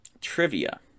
trivia